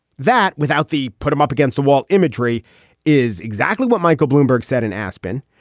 that without the put him up against the wall imagery is exactly what michael bloomberg said in aspen.